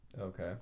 Okay